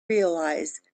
realize